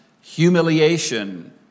humiliation